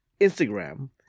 Instagram